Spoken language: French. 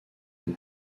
une